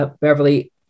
Beverly